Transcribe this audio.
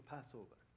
Passover